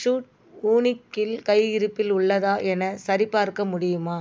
suit வூனிக்கில் கை இருப்பில் உள்ளதா எனச் சரிப்பார்க்க முடியுமா